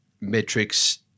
metrics